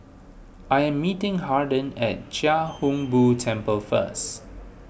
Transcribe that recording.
I am meeting Harden at Chia Hung Boo Temple first